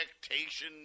expectation